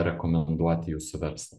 rekomenduoti jūsų verslą